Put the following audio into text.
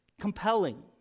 compelling